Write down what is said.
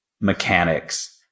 mechanics